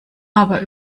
aber